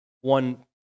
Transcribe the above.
one